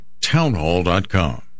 townhall.com